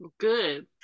Good